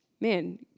man